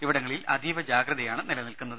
ഇവിടങ്ങളിൽ അതീവ ജാഗ്രതയാണ് നിലനിൽക്കുന്നത്